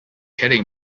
kidding